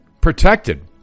protected